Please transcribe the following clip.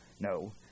no